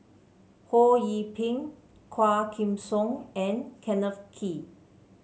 Ho Yee Ping Quah Kim Song and Kenneth Kee